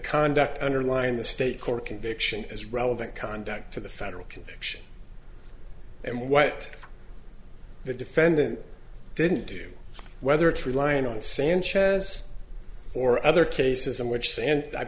conduct underline the state court conviction is relevant conduct to the federal conviction and what the defendant didn't do whether it's relying on sanchez or other cases in which